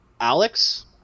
Alex